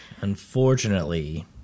Unfortunately